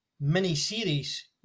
mini-series